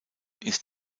ist